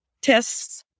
tests